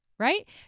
Right